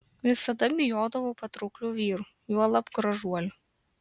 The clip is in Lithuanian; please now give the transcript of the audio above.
visada bijodavau patrauklių vyrų juolab gražuolių